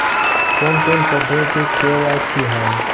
কোন কোন পদ্ধতিতে কে.ওয়াই.সি হয়?